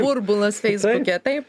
burbulas feisbuke tai